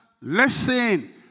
listen